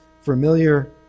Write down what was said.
familiar